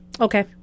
Okay